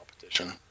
competition